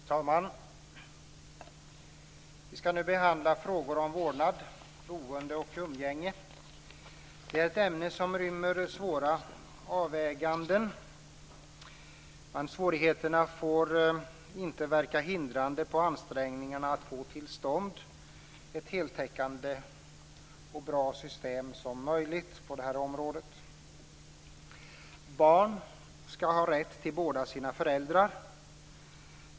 Herr talman! Vi skall nu behandla frågor om vårdnad, boende och umgänge. Det är ett ämne som rymmer svåra avväganden. Svårigheterna får dock inte verka hindrande på ansträngningarna att få till stånd ett så heltäckande och bra system som möjligt på det här området. Barn skall ha rätt till båda sina föräldrar.